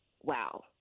Wow